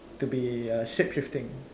to be uh shape shifting